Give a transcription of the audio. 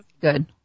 good